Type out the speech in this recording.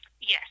Yes